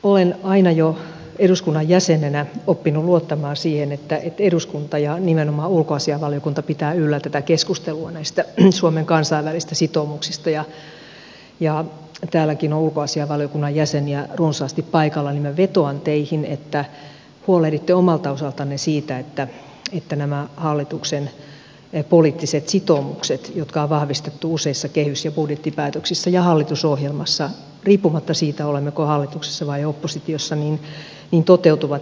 olen jo eduskunnan jäsenenä oppinut luottamaan siihen että eduskunta ja nimenomaan ulkoasiainvaliokunta pitää yllä tätä keskustelua näistä suomen kansainvälisistä sitoumuksista ja kun täälläkin on ulkoasiainvaliokunnan jäseniä runsaasti paikalla niin vetoan teihin että huolehditte omalta osaltanne siitä että nämä hallituksen poliittiset sitoumukset jotka on vahvistettu useissa kehys ja budjettipäätöksissä ja hallitusohjelmassa riippumatta siitä olemmeko hallituksessa vai oppositiossa toteutuvat